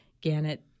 Gannett